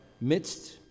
midst